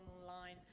online